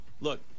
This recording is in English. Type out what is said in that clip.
look